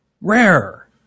rare